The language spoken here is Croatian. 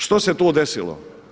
Što se tu desilo?